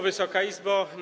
Wysoka Izbo!